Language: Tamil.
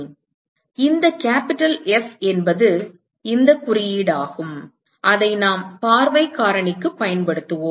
எனவே இந்த கேப்பிட்டல் F என்பது இந்த குறியீடாகும் அதை நாம் பார்வை காரணிக்கு பயன்படுத்துவோம்